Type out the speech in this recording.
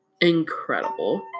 incredible